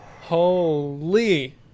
Holy